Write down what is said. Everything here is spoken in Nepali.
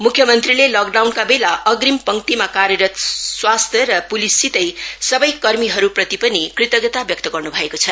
मुख्य मंत्रीले लकडाउनका बेला अग्रिम पंक्तिमा कार्यरत स्वास्थ्य पुलिससितै सबै कर्मीहरूप्रति पनि कृतज्ञता व्यक्त गर्नु भएको छ